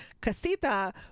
Casita